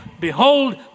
behold